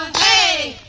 k